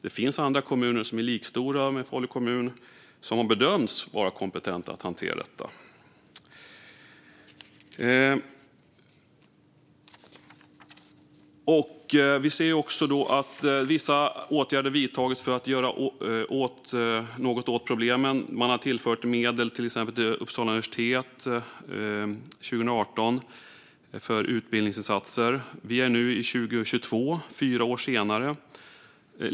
Det finns andra kommuner som är lika stora som har bedömts vara kompetenta att hantera detta. Vi ser också att vissa åtgärder vidtagits för att göra något åt problemen. Till exempel tillförde man medel för utbildningsinsatser till Uppsala universitet 2018. Det är nu 2022, fyra år senare.